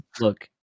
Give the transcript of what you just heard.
look